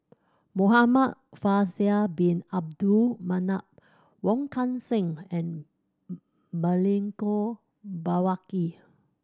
Muhamad Faisal Bin Abdul Manap Wong Kan Seng and Milenko Prvacki